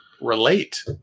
relate